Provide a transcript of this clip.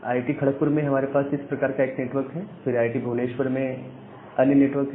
IIT Kharagpur में हमारे पास इस प्रकार का एक नेटवर्क है फिर आईआईटी भुवनेश्वर में अन्य नेटवर्क है